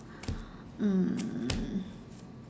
mm